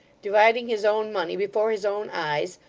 dividing his own money before his own eyes,